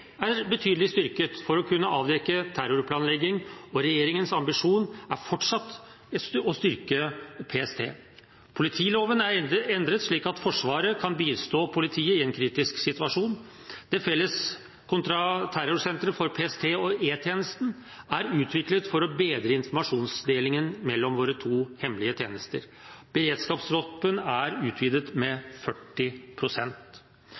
er betydelig styrket for å kunne avdekke terrorplanlegging, og regjeringens ambisjon er fortsatt å styrke PST. Politiloven er endret slik at forsvaret kan bistå politiet i en kritisk situasjon. Felles kontraterrorsenter for PST og E-tjenesten er utviklet for å bedre informasjonsdelingen mellom våre to hemmelige tjenester. Beredskapstroppen er utvidet med